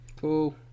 Cool